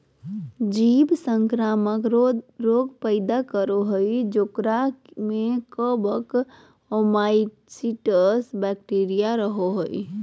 जीव संक्रामक रोग पैदा करो हइ जेकरा में कवक, ओमाइसीट्स, बैक्टीरिया रहो हइ